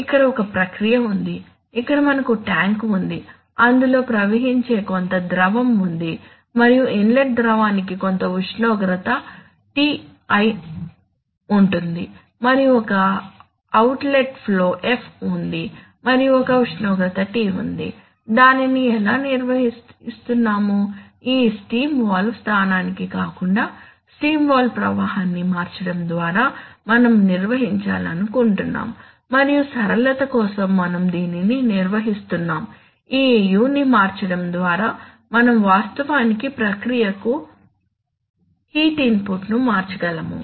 ఇక్కడ ఒక ప్రక్రియ ఉంది ఇక్కడ మనకు ట్యాంక్ ఉంది అందులో ప్రవహించే కొంత ద్రవం ఉంది మరియు ఇన్లెట్ ద్రవానికి కొంత ఉష్ణోగ్రత Ti ఉంటుంది మరియు ఒక అవుట్లెట్ ఫ్లో F ఉంది మరియు ఒక ఉష్ణోగ్రత T ఉంది దానిని ఎలా నిర్వహిస్తున్నాము ఈ స్టీమ్ వాల్వ్ స్థానాన్ని కాకుండా స్టీమ్ వాల్వ్ ప్రవాహాన్ని మార్చడం ద్వారా మనం నిర్వహించాలను కుంటున్నాము మరియు సరళత కోసం మనం దీనిని నిర్వహిస్తున్నాము ఈ u ని మార్చడం ద్వారా మనం వాస్తవానికి ప్రక్రియకు హీట్ ఇన్పుట్ను మార్చగలము